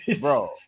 Bro